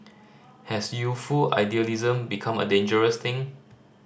has youthful idealism become a dangerous thing